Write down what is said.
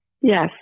Yes